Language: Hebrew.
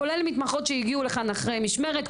כולל מתמחות שהגיעו לכאן אחרי משמרת,